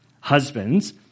Husbands